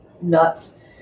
nuts